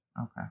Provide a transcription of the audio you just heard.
Okay